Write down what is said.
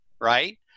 right